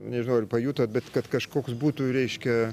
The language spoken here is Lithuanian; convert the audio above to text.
nežinau ar pajutot bet kad kažkoks būtų reiškia